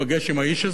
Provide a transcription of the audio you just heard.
שהוא אחד ממצביעיו.